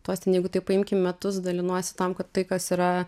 tuos ten jeigu taip paimkim metus dalinuosi tam kad tai kas yra